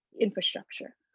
infrastructure